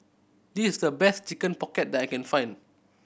this is the best Chicken Pocket that I can find